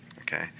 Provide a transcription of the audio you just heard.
okay